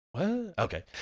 Okay